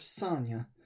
Sanya